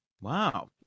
Wow